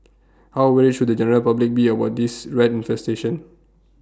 how worried should the general public be about this rat infestation